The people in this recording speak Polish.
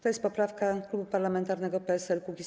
To jest poprawka klubu parlamentarnego PSL-Kukiz15.